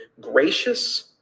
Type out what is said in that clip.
gracious